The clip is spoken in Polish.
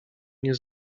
nie